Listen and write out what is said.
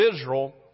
Israel